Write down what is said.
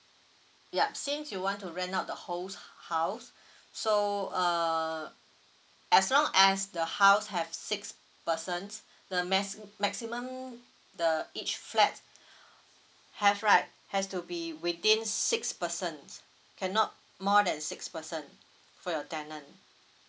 yup since you want to rent out the whole house so uh as long as the house have six persons the maxi~ maximum the each flat have right has to be within six persons cannot more than six person for your tenant